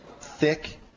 thick